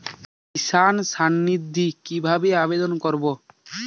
কিষান সম্মাননিধি কিভাবে আবেদন করব?